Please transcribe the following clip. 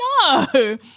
No